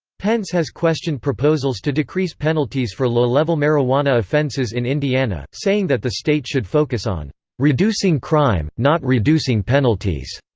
pence has questioned proposals to decrease penalties for low-level marijuana offenses in indiana, saying that the state should focus on reducing crime, not reducing penalties.